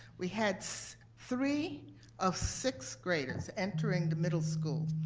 we had so three of sixth graders entering the middle schools.